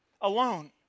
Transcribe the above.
alone